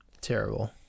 Terrible